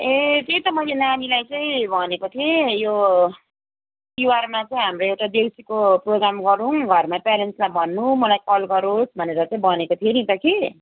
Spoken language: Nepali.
ए त्यही त मैले नानीलाई चाहिँ भनेको थिएँ यो तिहारमा चाहिँ हाम्रो एउटा देउसीको प्रोगाम गरौँ घरमा प्यारेन्ट्सलाई भन्नू मलाई कल गरोस् भनेर चाहिँ भनेको थिएँ नि त कि